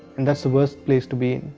and that's a worst place to be in.